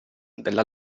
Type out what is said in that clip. della